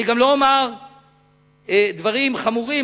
אני גם לא אומר דברים חמורים.